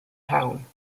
town